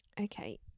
Okay